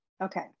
Okay